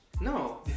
No